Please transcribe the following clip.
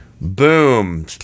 boom